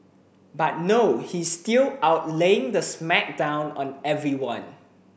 but no he is still out laying the smack down on everyone